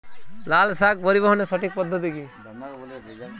লালশাক পরিবহনের সঠিক পদ্ধতি কি?